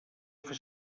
fer